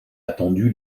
attendu